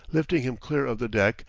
lifting him clear of the deck,